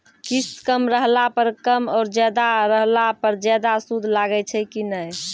किस्त कम रहला पर कम और ज्यादा रहला पर ज्यादा सूद लागै छै कि नैय?